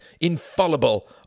infallible